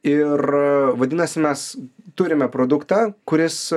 ir vadinasi mes turime produktą kuris